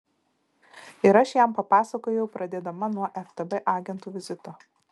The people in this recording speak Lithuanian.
ir aš jam papasakojau pradėdama nuo ftb agentų vizito